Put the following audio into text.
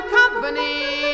company